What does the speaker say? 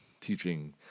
teaching